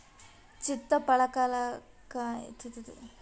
ಚಿತ್ತಪಳಕಾಯಿ ಹಸ್ರ್ ಬೂದಿ ಬಣ್ಣದ್ ಇರ್ತವ್ ಮತ್ತ್ ಇವ್ ಒಂದೇ ಆಕಾರದಾಗ್ ಇರಲ್ಲ್